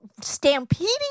stampeding